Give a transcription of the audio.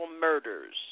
murders